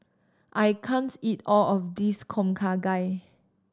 I can't eat all of this Tom Kha Gai